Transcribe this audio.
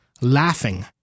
laughing